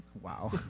Wow